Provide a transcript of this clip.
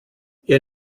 ihr